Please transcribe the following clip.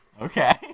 Okay